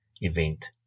event